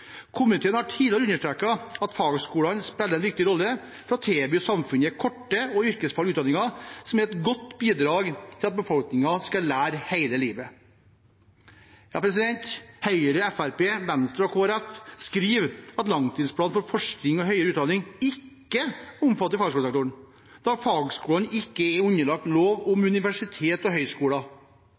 Komiteen har tidligere understreket at fagskolene spiller en viktig rolle i å tilby samfunnet korte og yrkesfaglige utdanninger, som er et godt bidrag til at befolkningen skal lære hele livet. Høyre, Fremskrittspartiet, Venstre og Kristelig Folkeparti skriver at langtidsplanen for forskning og høyere utdanning ikke omfatter fagskolesektoren, da fagskolene ikke er underlagt lov om universiteter og høyskoler.